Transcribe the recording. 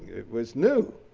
was new.